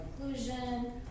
inclusion